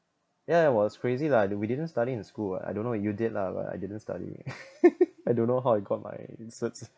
yeah it was crazy lah we didn't study in school ah I don't know you did lah but I didn't study I don't know how I got my certs